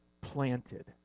planted